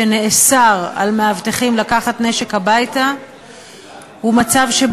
אלה הרגעים שאנחנו בדילמה: מצד אחד,